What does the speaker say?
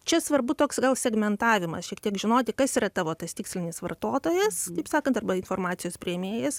čia svarbu toks gal segmentavimas šiek tiek žinoti kas yra tavo tas tikslinis vartotojas taip sakant arba informacijos priėmėjas